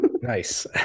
Nice